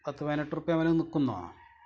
പത്ത് പയിനെട്ട് റുപ്പിയമ്മല് നിക്കുന്നോ